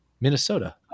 Minnesota